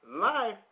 life